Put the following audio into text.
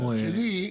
מצד שני,